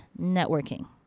networking